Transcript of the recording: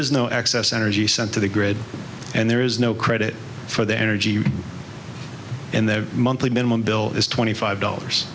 is no excess energy sent to the grid and there is no credit for the energy and the monthly minimum bill is twenty five dollars